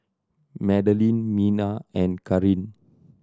Madelene Mena and Karin